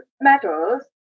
medals